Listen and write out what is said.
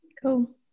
Cool